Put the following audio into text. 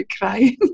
crying